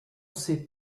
sait